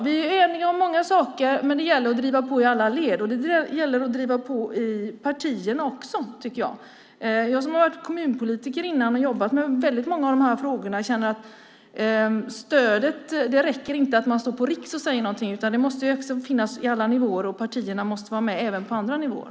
Vi är eniga om många saker, men det gäller att driva på i alla led. Det gäller också att driva på i partierna. Jag har varit kommunpolitiker tidigare och har jobbat med många av frågorna. Jag känner att det räcker inte att stå på riksnivå och säga något, utan stödet måste finnas på alla nivåer. Partierna måste vara med även på andra nivåer.